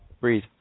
breathe